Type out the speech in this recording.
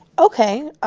ok.